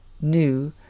new